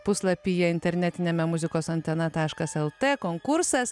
puslapyje internetiniame muzikos antena taškas el t konkursas